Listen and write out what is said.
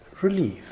relief